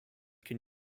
can